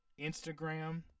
Instagram